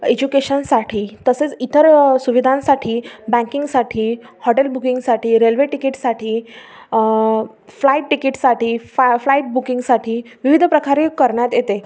एज्युकेशनसाठी तसेच इतर सुविधांसाठी बँकिंगसाठी हॉटेल बुकिंगसाठी रेल्वे तिकीटसाठी फ्लाईट तिकीटसाठी फा फ्लाईट बुकिंगसाठी विविध प्रकारे करण्यात येते